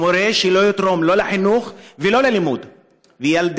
הוא מורה שלא יתרום לא לחינוך ולא ללימוד לילדינו.